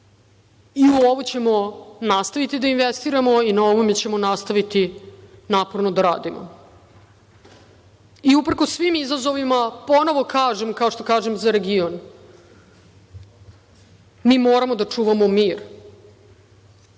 i u ovo ćemo nastaviti da investiramo i na ovome ćemo nastaviti naporno da radimo. Uprkos svim izazovima, ponovo kažem, kao što kažem za region, mi moramo da čuvamo mir,